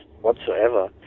whatsoever